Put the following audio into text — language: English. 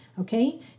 Okay